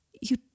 You